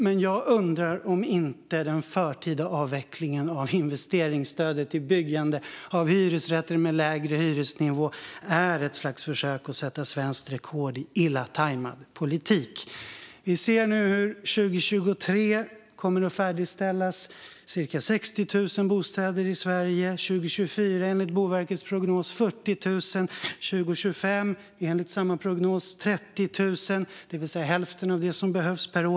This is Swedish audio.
Men jag undrar om inte den förtida avvecklingen av investeringsstödet till byggande av hyresrätter med lägre hyresnivå är ett slags försök att sätta svenskt rekord i illa tajmad politik. Vi ser nu att det 2023 kommer att färdigställas cirka 60 000 bostäder i Sverige. År 2024 kommer det enligt Boverkets prognos att färdigställas 40 000 bostäder. År 2025 kommer enligt samma prognos 30 000 bostäder att färdigställas, det vill säga hälften av det som behövs per år.